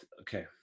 Okay